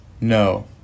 No